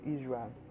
Israel